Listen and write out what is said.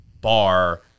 bar